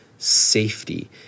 Safety